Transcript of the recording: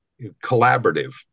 collaborative